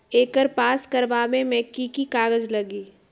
एकर पास करवावे मे की की कागज लगी?